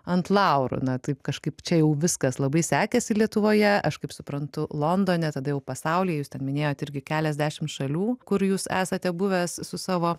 ant laurų na taip kažkaip čia jau viskas labai sekėsi lietuvoje aš kaip suprantu londone tada jau pasaulyje jūs ten minėjot irgi keliasdešim šalių kur jūs esate buvęs su savo